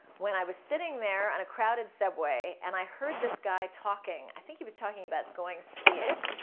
when i was sitting there on a crowded subway and i heard this guy talking. i think he was talking about going skiing.